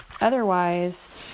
otherwise